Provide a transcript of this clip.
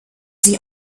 sie